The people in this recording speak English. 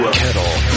kettle